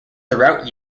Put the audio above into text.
throughout